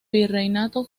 virreinato